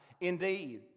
indeed